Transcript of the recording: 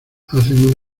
hacen